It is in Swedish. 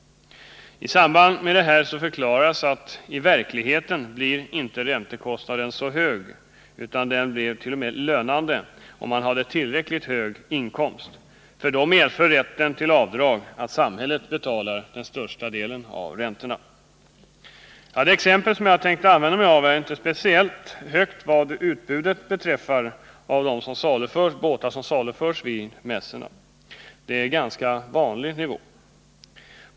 I samband med detta förklarades att räntekostnaden i verkligheten inte blir så hög, utan att det i stället t. o .m. skulle bli lönande om man hade tillräckligt hög inkomst, för då medför rätten till avdrag att samhället betalar den största delen av räntorna. Priset i det exempel som jag tänker redovisa är inte speciellt högt. I det utbud av båtar som finns vid båtmässorna representerar det en ganska vanlig nivå.